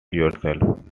yourself